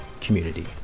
community